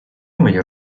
мені